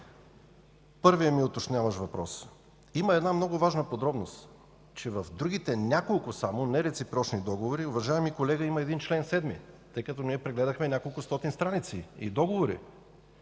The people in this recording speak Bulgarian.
Първият ми уточняващ въпрос. Има една много важна подробност – че в другите само няколко нереципрочни договори, уважаеми колега, има един член 7, тъй като ние прегледахме няколкостотин страници и договори.